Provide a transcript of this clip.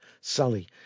Sally